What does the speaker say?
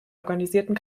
organisierten